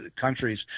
countries